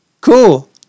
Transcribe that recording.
Cool